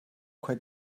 quit